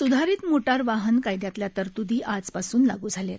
स्धारित मोटार वाहन कायदयातल्या तरतुदी आजपासून लागू झाल्या आहेत